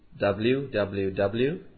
www